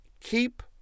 Keep